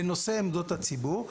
בנושא עמדות הציבור,